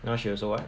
now she also [what]